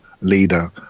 Leader